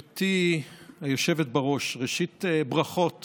גברתי היושבת בראש, ראשית, ברכות